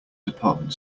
department